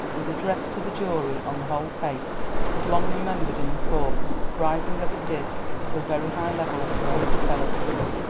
his address to the jury on the whole case was long remembered in the courts, rising as it did to a very high level of forensic eloquence.